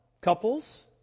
couples